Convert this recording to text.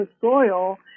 soil